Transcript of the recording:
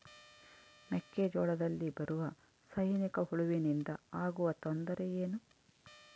ಮೆಕ್ಕೆಜೋಳದಲ್ಲಿ ಬರುವ ಸೈನಿಕಹುಳುವಿನಿಂದ ಆಗುವ ತೊಂದರೆ ಏನು?